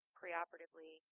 preoperatively